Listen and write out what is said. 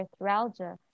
arthralgia